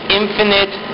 infinite